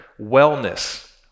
wellness